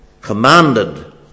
Commanded